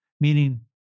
meaning